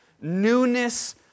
newness